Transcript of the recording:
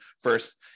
first